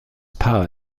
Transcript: paar